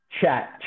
Chat